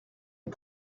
une